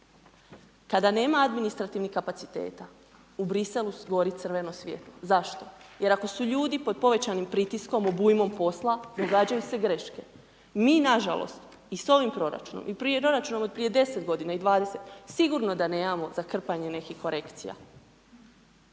Kada nema administrativnih kapaciteta, u Bruxellesu gori crveno svjetlo. Zašto? Jer ako su ljudi pod povećanim pritiskom, obujmom posla, događaju se greške. Mi nažalost i sa prvim proračunom i proračunom od prije 10 g. i 20, sigurno da nemamo za krpanje nekih korekcija.